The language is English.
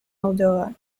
moldova